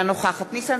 אינה נוכחת ניסן